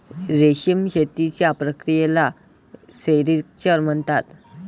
रेशीम शेतीच्या प्रक्रियेला सेरिक्चर म्हणतात